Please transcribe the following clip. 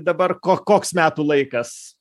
dabar koks metų laikas